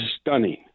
stunning